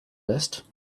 vest